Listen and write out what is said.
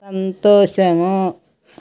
సంతోషము